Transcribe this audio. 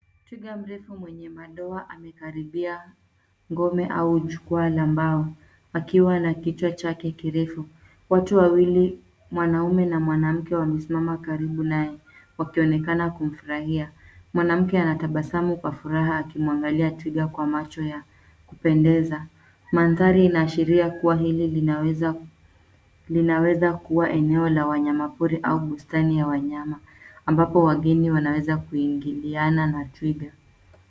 Twiga mrefu mwenye madoa amekaribia ngome au jukwaa la mbao akiwa na kichwa chake kirefu. Watu wawili, mwanaume na mwanamke wamesimama karibu naye wakionekana kumfurahia. Mwanamke anatabasamu kwa furaha akimwangalia twiga kwa macho ya kupendeza. Mandhari inaashiria kuwa hili linaweza kuwa eneo la wanyama pori au bustani la wanyama ambapo wageni wanaweza kuingiliana na twiga.